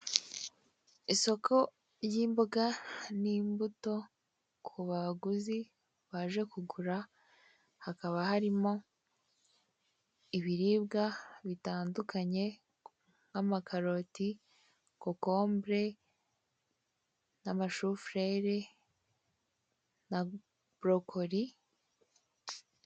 Isoko ry'imboga n'imbuto ku baguzi baje kugura hakaba harimo ibiribwa bitandukanye nk'amakaroti, kokombure, n'amashu furere, na borokori.